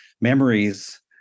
memories